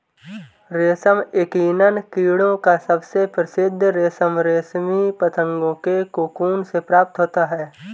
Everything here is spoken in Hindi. रेशम यकीनन कीड़ों का सबसे प्रसिद्ध रेशम रेशमी पतंगों के कोकून से प्राप्त होता है